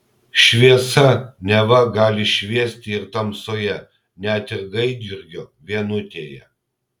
šviesa neva gali šviesti ir tamsoje net ir gaidjurgio vienutėje